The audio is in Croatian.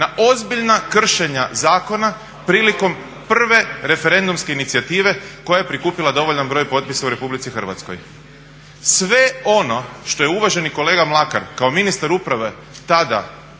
na ozbiljna kršenja zakona prilikom prve referendumske inicijative koja je prikupila dovoljan broj potpisa u RH. Sve ono što je uvaženi kolega Mlakar kao ministar uprave tada